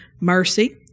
mercy